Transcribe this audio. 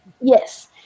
yes